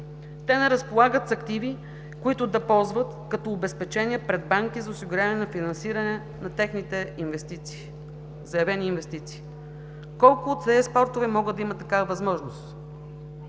Те не разполагат с активи, които да ползват като обезпечение пред банки за осигуряване на финансиране на техните заявени инвестиции. Колко от тези спортове могат да имат такава възможност?